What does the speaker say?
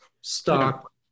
stock